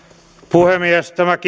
puhemies tämä